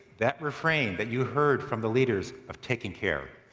that refrain that you heard from the leaders of taking care,